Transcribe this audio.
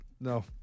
No